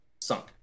sunk